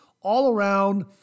all-around